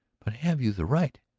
but have you the right?